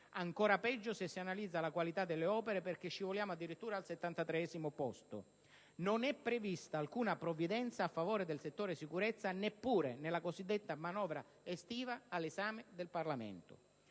Ancora peggio se si analizza la qualità delle opere, perché scivoliamo addirittura al 73° posto. Non è prevista alcuna provvidenza a favore del settore sicurezza neppure nella cosiddetta manovra estiva all'esame del Parlamento.